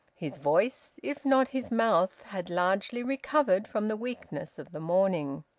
his voice, if not his mouth, had largely recovered from the weakness of the morning.